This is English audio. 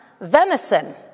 venison